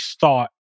thought